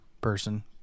person